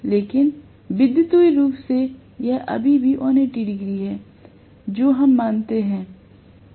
लेकिन विद्युत रूप से यह अभी भी 180 डिग्री है जो हम मानते हैं